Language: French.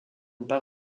pas